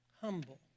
Humble